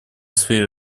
сфере